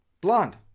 Blonde